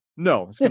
No